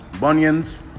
bunions